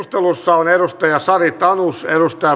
on sari tanus